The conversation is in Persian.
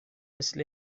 مثل